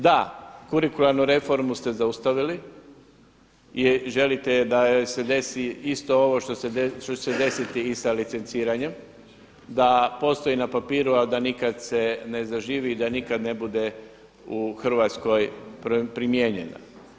Da, kurikularnu reformu ste zaustavili i želite da se desi isto ovo što će se desiti i sa licenciranjem da postoji na papiru, a da nikada se ne zaživi i da nikada ne bude u Hrvatskoj primijenjena.